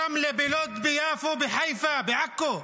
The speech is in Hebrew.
ברמלה, בלוד, ביפו, בחיפה, בעכו.